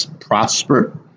prosper